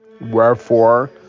wherefore